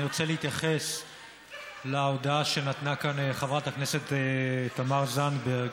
אני רוצה להתייחס להודעה שנתנה כאן חברת הכנסת תמר זנדברג.